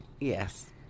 yes